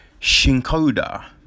Shinkoda